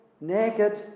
naked